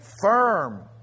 firm